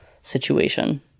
situation